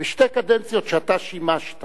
בשתי קדנציות שאתה שימשת